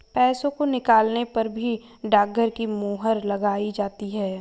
पैसों को निकालने पर भी डाकघर की मोहर लगाई जाती है